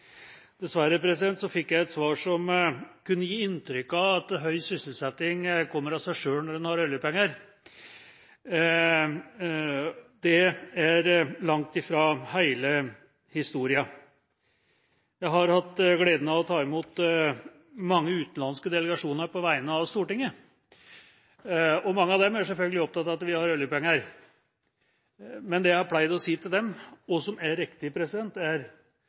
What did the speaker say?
Dessverre fikk jeg et svar som kunne gi inntrykk av at høy sysselsetting kommer av seg selv når en har oljepenger. Det er langt fra hele historien. Jeg har hatt gleden av å ta imot mange utenlandske delegasjoner på vegne av Stortinget. Mange av dem er selvfølgelig opptatt av at vi har oljepenger. Men det jeg har pleid å si til dem, som er riktig, er